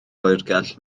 oergell